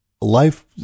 life